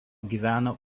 gyvena